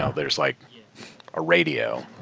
ah there's like a radio.